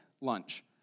lunch